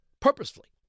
purposefully